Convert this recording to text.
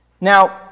Now